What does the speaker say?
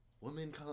woman